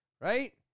right